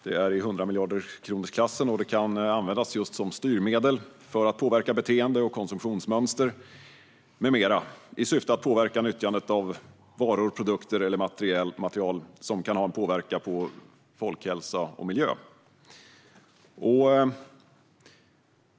De är i 100-miljardersklassen, och de kan användas just som styrmedel för att påverka beteenden och konsumtionsmönster med mera i syfte att påverka nyttjandet av varor, produkter eller material som kan ha en negativ påverkan på folkhälsa och miljö.